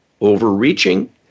overreaching